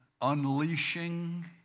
Unleashing